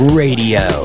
radio